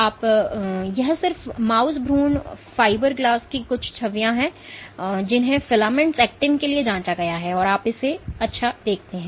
और यह सिर्फ माउस भ्रूण फाइबरग्लास की कुछ छवियां हैं जिन्हें फिलामेंटस एक्टिन के लिए जांचा गया है और आप इसे अच्छा देखते हैं